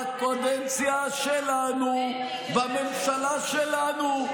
בקדנציה שלנו, בממשלה שלנו,